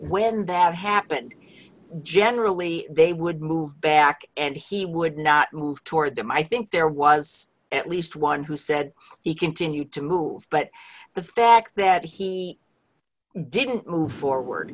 when that happened generally they would move back and he would not move toward them i think there was at least one who said he continued to move but the fact that he didn't move forward